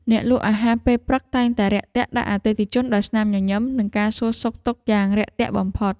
អ្នកលក់អាហារពេលព្រឹកតែងតែរាក់ទាក់ដាក់អតិថិជនដោយស្នាមញញឹម និងការសាកសួរសុខទុក្ខយ៉ាងរាក់ទាក់បំផុត។